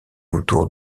autour